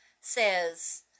says